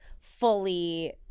fully